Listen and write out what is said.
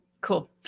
cool